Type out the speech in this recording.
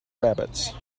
rabbits